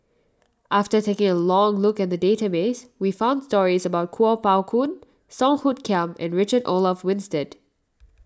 after taking a look at the database we found stories about Kuo Pao Kun Song Hoot Kiam and Richard Olaf Winstedt